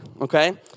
okay